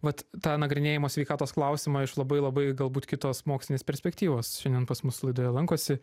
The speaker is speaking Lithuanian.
vat tą nagrinėjimą sveikatos klausimą iš labai labai galbūt kitos mokslinės perspektyvos šiandien pas mus laidoje lankosi